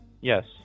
Yes